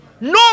No